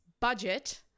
budget